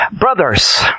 Brothers